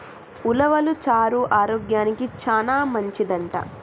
ఉలవలు చారు ఆరోగ్యానికి చానా మంచిదంట